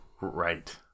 Right